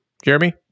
Jeremy